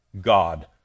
God